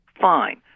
Fine